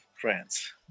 France